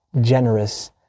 generous